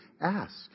ask